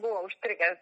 buvo užstrigęs